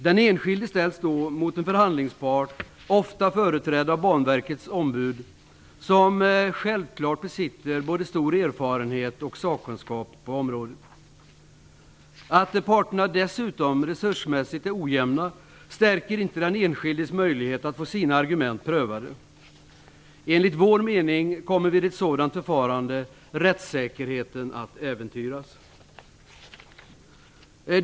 Den enskilde ställs då mot en förhandlingspart, ofta företrädd av Banverkets ombud, som självfallet besitter både stor erfarenhet och stor sakkunskap på området. Att parterna dessutom resursmässigt är ojämna stärker inte den enskildes möjlighet att få sina argument prövade. Enligt vår mening kommer vid ett sådan förfarande rättssäkerheten att äventyras.